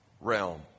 realm